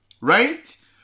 right